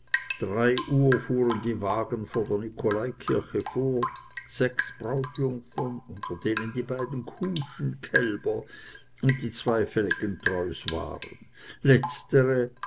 drei uhr fuhren die wagen vor der nikolaikirche vor sechs brautjungfern unter denen die beiden kuhschen kälber und die zwei felgentreus waren letztere